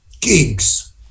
gigs